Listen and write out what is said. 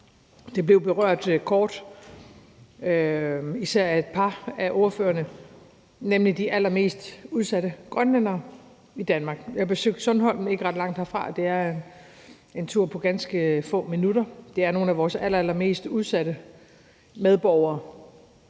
Det blev berørt kort, især af et par af ordførerne, nemlig de allermest udsatte grønlændere i Danmark. Jeg besøgte Sundholm ikke ret langt herfra; det er en tur på ganske få minutter, og det er nogle af vores allerallermest udsatte medborgere,